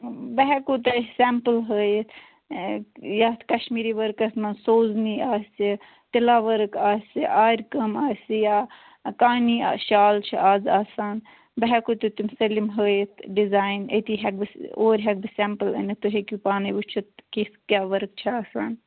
بہٕ ہٮ۪کو تۄہہِ سٮ۪مپٕل ہٲیِتھ یَتھ کشمیٖری ؤرکس منٛز سوزنی آسہِ تِلا ؤرک آسہِ آرِکٲم آسہِ یا کانی شال چھِ آز آسان بہٕ ہٮ۪کو تۄہہِ تِم سٲلِم ہٲیِتھ ڈِزایِن أتی ہٮ۪کہٕ بہٕ اوٗرۍ ہٮ۪کہٕ بہٕ سٮ۪مپٕل أنِتھ تُہۍ ہیٚکِو پانَے وٕچھِتھ کِژھ کیٛاہ ؤرک چھِ آسان